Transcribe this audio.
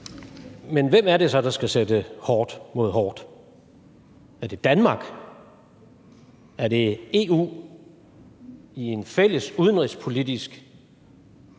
Men hvem er det så, der skal sætte hårdt mod hårdt? Er det Danmark? Er det EU i en fælles udenrigspolitisk